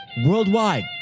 worldwide